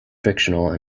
fictional